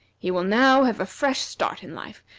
he will now have a fresh start in life,